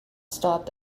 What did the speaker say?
stopped